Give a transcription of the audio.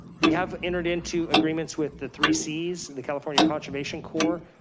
we have entered into agreements with the three cs, the california conservation corps,